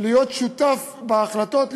להיות שותף בהחלטות,